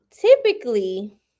typically